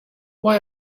why